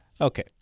Okay